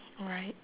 right